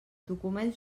documents